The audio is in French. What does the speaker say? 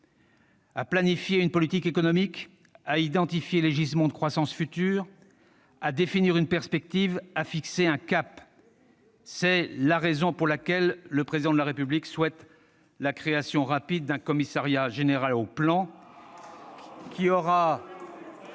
à planifier une politique économique, à identifier les gisements de croissance futurs, à définir une perspective, à fixer un cap. « C'est la raison pour laquelle le Président de la République souhaite la création rapide d'un commissariat général au Plan, ...